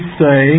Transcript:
say